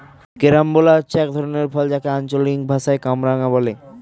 carambola হচ্ছে এক ধরনের ফল যাকে আঞ্চলিক ভাষায় কামরাঙা বলে